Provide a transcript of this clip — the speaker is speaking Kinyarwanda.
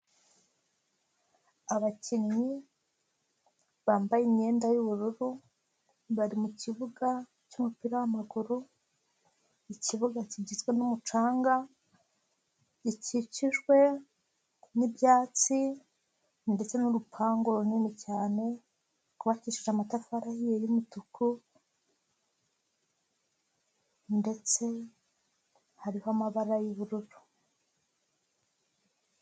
Abakinnyi bambaye imyenda y,ubururu, bari mu kibuga cy'umupira w'amaguru, ikibuga kigizwe n'umucanga, gikikijwe n'ibyatsi ndetse n'urupangu runini cyane, rwubakishije amatafari ahiye y'umutuku ndetse hariho amabara y'ubururu.